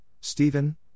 Stephen